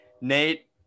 Nate